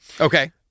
Okay